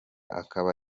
akaba